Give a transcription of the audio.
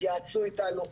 התייעצו איתנו.